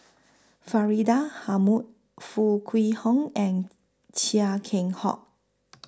Faridah Foo Kwee Horng and Chia Keng Hock